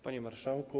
Panie Marszałku!